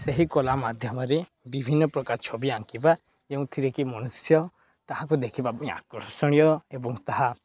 ସେହି କଳା ମାଧ୍ୟମରେ ବିଭିନ୍ନ ପ୍ରକାର ଛବି ଆଙ୍କିବା ଯେଉଁଥିରେକି ମନୁଷ୍ୟ ତାହାକୁ ଦେଖିବା ପାଇଁ ଆକର୍ଷଣୀୟ ଏବଂ ତାହା